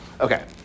okay